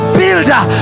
builder